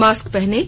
mask पहनें